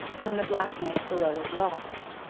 when the black gneiss below is lost,